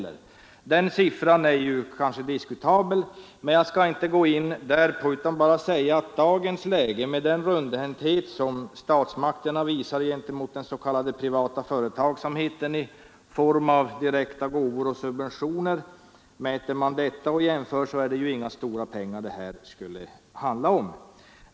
Den siffran är kanske diskutabel, men jag skall inte gå in på det. Jag vill bara säga att i jämförelse med den rundhänthet som statsmakterna i dagens läge visar gentemot den s.k. privata företagsamheten i form av direkta gåvor och subventioner är det ju inga stora pengar det handlar om.